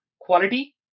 quality